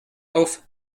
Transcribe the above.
auf